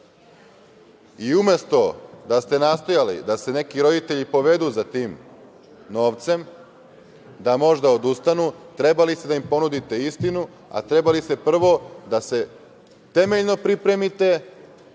da ste nastojali da se neki roditelji povedu za tim novcem da možda odustanu, trebali ste da im ponudite istinu, a trebali ste prvo da se temeljno pripremite,